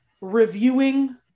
reviewing